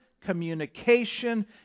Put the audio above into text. communication